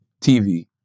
TV